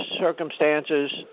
circumstances